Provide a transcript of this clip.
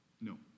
no